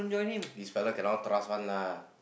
this fella cannot trust one lah